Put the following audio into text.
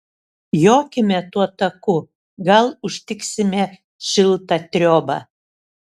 jokime tuo taku gal užtiksime šiltą triobą